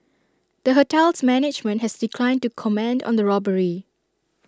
the hotel's management has declined to comment on the robbery